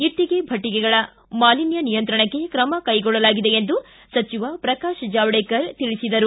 ಇಟ್ಟಗೆ ಭಟ್ಟಗಳ ಮಾಲಿನ್ಯ ನಿಯಂತ್ರಣಕ್ಕೆ ತ್ರಮ ಕೈಗೊಳ್ಳಲಾಗಿದೆ ಎಂದು ಸಚಿವ ಪ್ರಕಾಶ್ ಜಾವಡೇಕರ್ ತಿಳಿಸಿದರು